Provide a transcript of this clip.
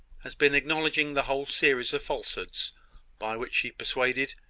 has been acknowledging the whole series of falsehoods by which she persuaded,